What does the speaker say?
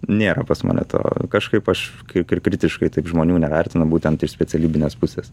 nėra pas mane to kažkaip aš kaip ir kritiškai taip žmonių nevertina būtent iš specialybinės pusės